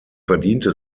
verdiente